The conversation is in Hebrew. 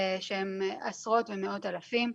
שהן עשרות ומאות אלפים.